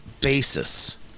basis